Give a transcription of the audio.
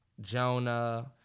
Jonah